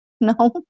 no